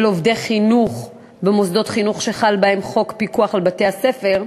עובדי חינוך במוסדות חינוך שחל בהם חוק פיקוח על בתי-הספר,